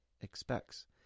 expects